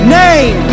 name